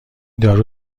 دارو